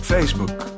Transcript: Facebook